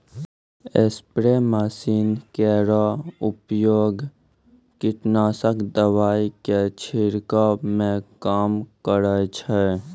spray machine केरो प्रयोग कीटनाशक दवाई क छिड़कावै म काम करै छै